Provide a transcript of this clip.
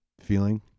feeling